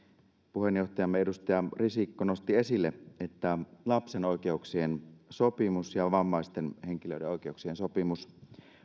puheenjohtajamme edustaja risikko nosti esille lapsen oikeuksien sopimus ja vammaisten henkilöiden oikeuksien sopimus